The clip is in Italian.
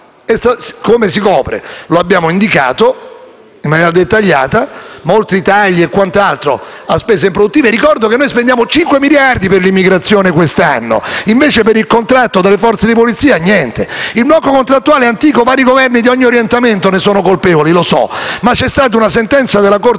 Come lo si copre? Noi lo abbiamo indicato in maniera dettagliata. Sono molti i tagli e quant'altro a spese produttive. Ricordo che noi spendiamo cinque miliardi per l'immigrazione quest'anno. Invece, per il contratto delle forze di polizia, niente. Il blocco contrattuale è antico; lo so che vari Governi di ogni orientamento ne sono colpevoli, ma c'è stata una sentenza della Corte